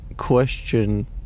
question